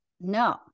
No